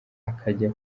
akajya